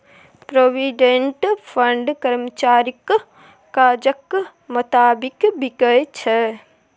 provident fund कर्मचारीक काजक मोताबिक बिकै छै